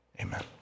Amen